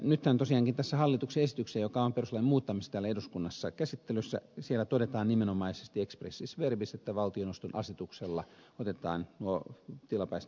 nythän tosiaankin tässä hallituksen esityksessä perustuslain muuttamisesta joka on täällä eduskunnassa käsittelyssä todetaan nimenomaisesti expressis verbis että valtioneuvoston asetuksella otetaan nuo tilapäiset valtuudet käyttöön